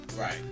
Right